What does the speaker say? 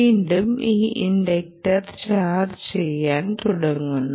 വീണ്ടും ഈ inductor charge ചെയ്യാൻ തുടങ്ങുന്നു